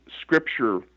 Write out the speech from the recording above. scripture